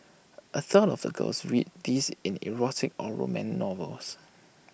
A third of the girls read these in erotic or romance novels